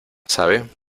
sabe